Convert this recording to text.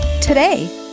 today